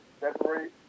separate